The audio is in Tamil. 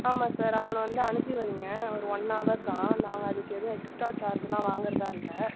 ஆமாம் சார் அவனை வந்து அனுப்பி வைங்க ஒரு ஒன் ஹவர் தான் நாங்கள் அதுக்கு எதுவும் எக்ஸ்ட்ரா சார்ஜுலாம் வாங்கறதாக இல்லை